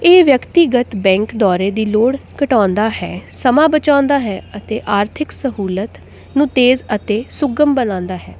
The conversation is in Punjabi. ਇਹ ਵਿਅਕਤੀਗਤ ਬੈਂਕ ਦੌਰੇ ਦੀ ਲੋੜ ਘਟਾਉਂਦਾ ਹੈ ਸਮਾਂ ਬਚਾਉਂਦਾ ਹੈ ਅਤੇ ਆਰਥਿਕ ਸਹੂਲਤ ਨੂੰ ਤੇਜ਼ ਅਤੇ ਸੁਗਮ ਬਣਾਉਂਦਾ ਹੈ